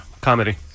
comedy